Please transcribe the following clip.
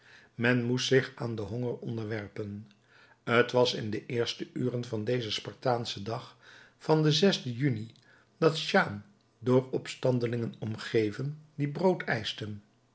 men moest zich aan den honger onderwerpen t was in de eerste uren van dezen spartaanschen dag van den zesden juni dat jeanne door opstandelingen omgeven die brood eischten